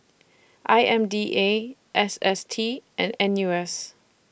I M D A S S T and N U S